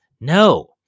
No